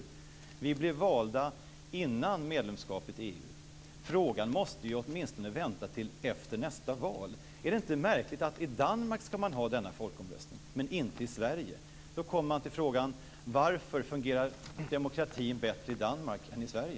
Vi som nu är ledamöter blev valda före inträdet i EU. Frågan måste vänta åtminstone till efter nästa val. Är det inte märkligt att man skall ha en sådan här folkomröstning i Danmark men inte i Sverige? Då uppstår frågan: Varför fungerar demokratin bättre i Danmark än i Sverige?